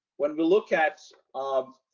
when we look at um